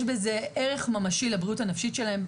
יש בזה ערך ממשי לבריאות הנפשית שלהם,